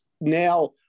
now